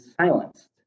silenced